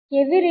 કેવી રીતે